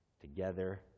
together